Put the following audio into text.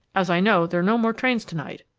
as i know there are no more trains to-night.